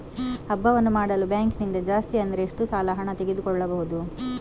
ಹಬ್ಬವನ್ನು ಮಾಡಲು ಬ್ಯಾಂಕ್ ನಿಂದ ಜಾಸ್ತಿ ಅಂದ್ರೆ ಎಷ್ಟು ಸಾಲ ಹಣ ತೆಗೆದುಕೊಳ್ಳಬಹುದು?